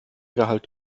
gehalt